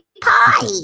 pie